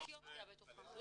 כמה יוצאי אתיופיה מתוכם?